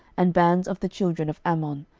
and bands of the children of ammon,